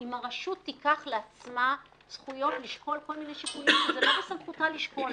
אם הרשות תיקח לעצמה זכויות לשקול כל מיני שיקולים שלא בסמכותה לשקול,